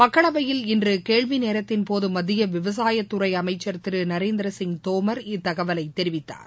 மக்களவையில் இன்று கேள்வி நேரத்தின் போது மத்திய விவசாய துறை அமைச்சர் திரு நரேந்திர சிங் தோமர் இத்தகவலை தெரிவித்தார்